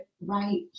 right